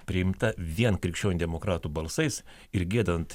priimta vien krikščionių demokratų balsais ir giedant